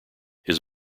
his